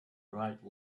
right